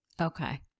Okay